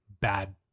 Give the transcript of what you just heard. bad